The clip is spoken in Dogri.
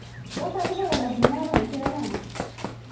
ओह् कल पता लग्गी जाना पता निं केह्दा लैना